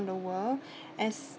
in the world as